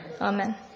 Amen